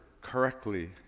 correctly